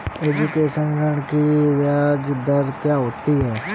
Education ऋृण की ब्याज दर क्या होती हैं?